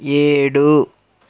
ఏడు